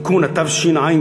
(תיקון), התשע"ג